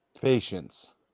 Patience